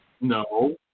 No